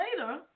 later